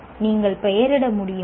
நீங்கள் பெயரிட முடியுமா